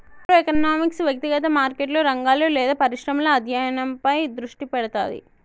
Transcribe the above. micro economics వ్యక్తిగత మార్కెట్లు, రంగాలు లేదా పరిశ్రమల అధ్యయనంపై దృష్టి పెడతది